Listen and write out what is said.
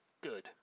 Good